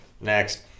next